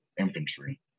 infantry